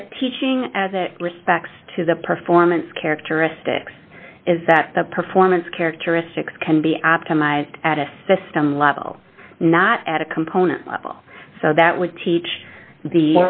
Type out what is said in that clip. that teaching as it respects to the performance characteristics is that the performance characteristics can be optimized at a system level not at a component level so that would teach the